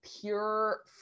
pure